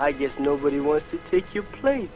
i guess nobody wants to take your pla